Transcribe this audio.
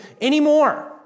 anymore